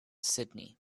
sydney